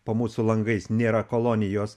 po mūsų langais nėra kolonijos